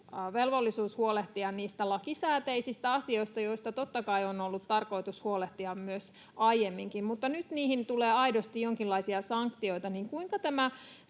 velvollisuus huolehtia niistä lakisääteisistä asioista, joista totta kai on ollut tarkoitus huolehtia myös aiemminkin mutta joihin nyt tulee aidosti jonkinlaisia sanktioita,